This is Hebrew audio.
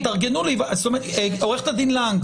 עו"ד לנג,